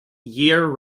year